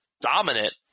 dominant